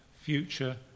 future